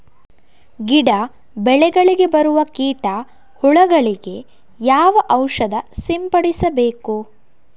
ಗಿಡ, ಬೆಳೆಗಳಿಗೆ ಬರುವ ಕೀಟ, ಹುಳಗಳಿಗೆ ಯಾವ ಔಷಧ ಸಿಂಪಡಿಸಬೇಕು?